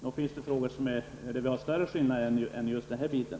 Nog finns det punkter där det finns större skillnader än i den här frågan.